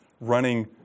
running